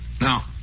Now